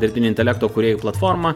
dirbtinio intelekto kūrėjų platformą